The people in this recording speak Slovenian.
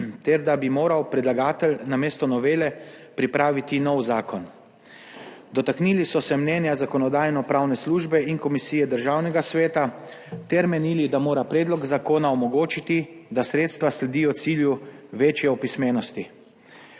ter da bi moral predlagatelj namesto novele pripraviti nov zakon. Dotaknili so se mnenja Zakonodajno-pravne službe in Komisije Državnega sveta ter menili, da mora predlog zakona omogočiti, da sredstva sledijo cilju večje opismenosti.